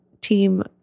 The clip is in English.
team